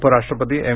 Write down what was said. उपराष्ट्रपती एम